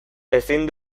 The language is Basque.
ezin